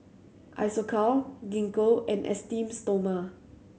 Isocal Gingko and Esteem Stoma